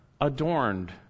adorned